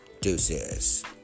Deuces